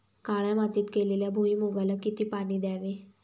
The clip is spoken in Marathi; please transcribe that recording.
काळ्या मातीत केलेल्या भुईमूगाला किती पाणी द्यावे?